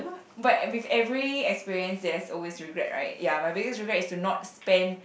but with every experience there's always regret right ya my biggest regret is to not spend